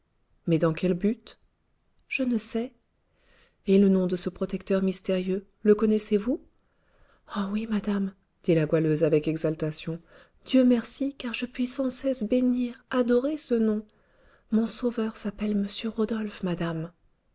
mais dans quel but je ne sais et le nom de ce protecteur mystérieux le connaissez-vous oh oui madame dit la goualeuse avec exaltation dieu merci car je puis sans cesse bénir adorer ce nom mon sauveur s'appelle m rodolphe madame